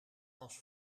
pas